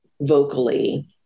vocally